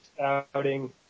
outing